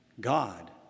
God